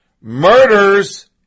Murders